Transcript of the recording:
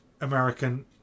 American